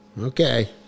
Okay